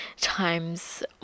times